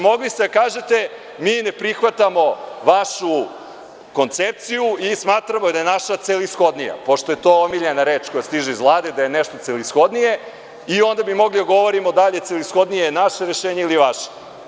Mogli ste da kažete – mi ne prihvatamo vašu koncepciju i smatramo da je naša celishodnija, pošto je to omiljena reč koja stiže iz Vlade, da je nešto celishodnije i onda bi mogli da govorimo da li je celishodnije naše rešenje ili vaše.